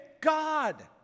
God